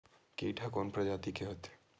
कीट ह कोन प्रजाति के होथे?